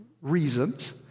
reasons